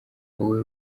wowe